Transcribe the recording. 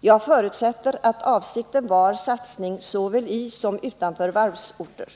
Jag förutsätter att avsikten var satsning såväl i som utanför varvsorter.